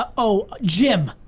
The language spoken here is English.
ah oh, jim.